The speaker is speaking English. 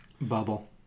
Bubble